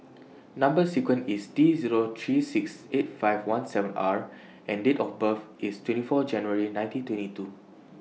Number sequence IS T Zero three six eight five one seven R and Date of birth IS twenty four January nineteen twenty two